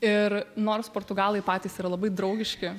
ir nors portugalai patys yra labai draugiški